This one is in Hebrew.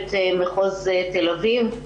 כמנהלת מחוז תל אביב.